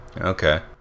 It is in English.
Okay